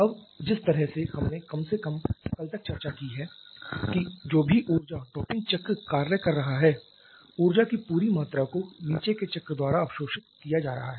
अब जिस तरह से हमने कम से कम कल तक चर्चा की है कि जो भी ऊर्जा टॉपिंग चक्र कार्य कर रहा है ऊर्जा की पूरी मात्रा को नीचे के चक्र द्वारा अवशोषित किया जा रहा है